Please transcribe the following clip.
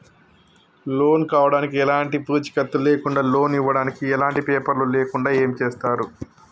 Loan కావడానికి ఎలాంటి పూచీకత్తు లేకుండా లోన్ ఇవ్వడానికి ఎలాంటి పేపర్లు లేకుండా ఏం చేస్తారు?